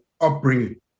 upbringing